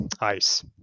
ice